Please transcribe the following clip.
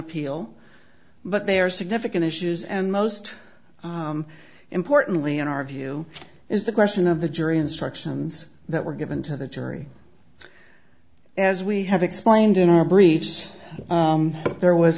appeal but they are significant issues and most importantly in our view is the question of the jury instructions that were given to the jury as we have explained in our briefs but there